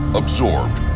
absorbed